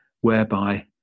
whereby